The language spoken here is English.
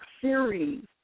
series